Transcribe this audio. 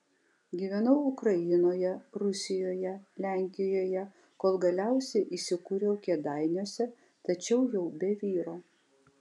gyvenau ukrainoje rusijoje lenkijoje kol galiausiai įsikūriau kėdainiuose tačiau jau be vyro